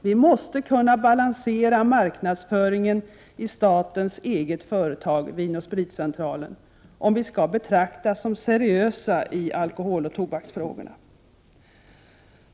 Vi måste kunna balansera marknadsföringen i statens eget företag, Vin & Spritcentralen, om vi skall betraktas som seriösa i alkoholoch tobaksfrågorna.